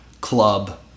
club